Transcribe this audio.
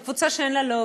זו קבוצה שאין לה לובי.